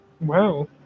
Wow